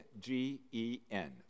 G-E-N